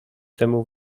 temu